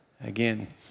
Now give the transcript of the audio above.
again